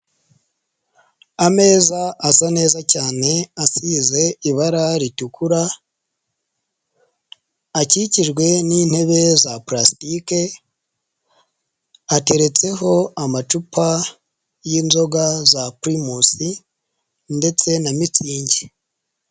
Ameza asa neza cyane asize ibara ritukura, akikijwe n'intebe za purasitike ateretseho amacupa y'inzoga za Pirimusi ndetse na Mitsingi.